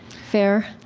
fair?